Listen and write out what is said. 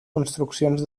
construccions